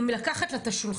אם לקחת לה את השולחן,